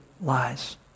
lies